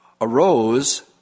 arose